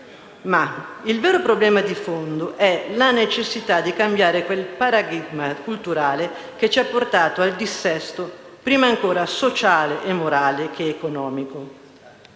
ma il vero problema di fondo è la necessità di cambiare quel paradigma culturale che ci ha portato al dissesto, sociale e morale prima ancora che economico.